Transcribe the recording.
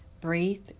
breathe